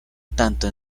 tanto